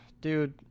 dude